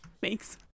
Thanks